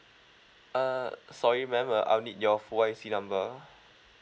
err sorry ma'am uh I'll need your full I_C number